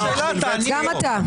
גם אתה.